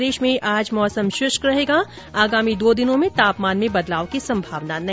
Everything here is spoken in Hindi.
प्रदेश में आज मौसम शुष्क रहेगा आगामी दो दिनों में तापमान में बदलाव की संभावना नहीं